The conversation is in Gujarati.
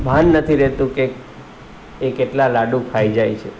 ભાન નથી રહેતું કે એ કેટલા લાડું ખાઈ જાય છે